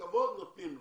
כבוד נותנים לה,